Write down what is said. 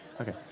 Okay